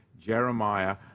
Jeremiah